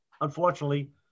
Unfortunately